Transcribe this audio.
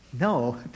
no